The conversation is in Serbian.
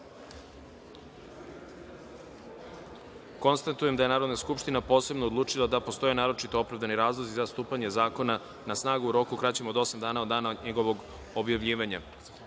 nema. Konstatujem da je Narodna skupština posebno odlučila da postoje naročito opravdani razlozi za stupanje zakona na snagu u roku kraćem od osam dana od dana njegovog objavljivanja. Stavljam